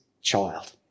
Child